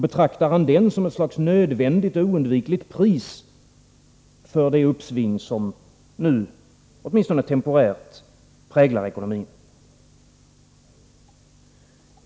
Betraktar han den som ett slags nödvändigt, oundvikligt pris för det uppsving som nu, åtminstone temporärt, präglar ekonomin?